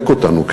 לסלק אותנו,